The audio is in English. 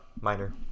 minor